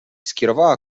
skierowała